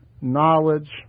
knowledge